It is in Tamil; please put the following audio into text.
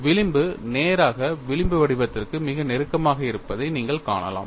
விளிம்பு நேராக விளிம்பு வடிவத்திற்கு மிக நெருக்கமாக இருப்பதை நீங்கள் காணலாம்